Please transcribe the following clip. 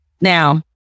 Now